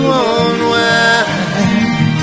unwind